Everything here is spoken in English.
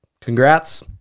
Congrats